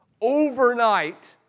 overnight